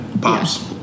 pops